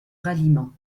ralliement